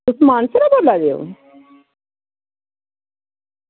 तुस मानसर दा बोल्ला दे ओ